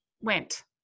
went